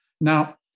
Now